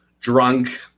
drunk